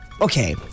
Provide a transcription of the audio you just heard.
Okay